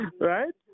right